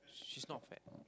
she's not fat